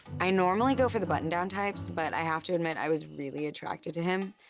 i normally go for the button-down types, but i have to admit, i was really attracted to him,